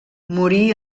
morí